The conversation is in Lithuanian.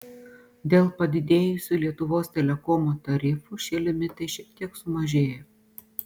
dėl padidėjusių lietuvos telekomo tarifų šie limitai šiek tiek sumažėjo